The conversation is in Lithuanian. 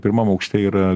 pirmam aukšte yra